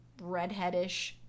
redheadish